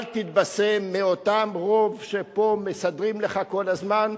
אל תתבשם מאותו רוב שפה מסדרים לך כל הזמן,